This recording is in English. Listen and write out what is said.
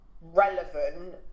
relevant